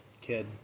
kid